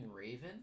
raven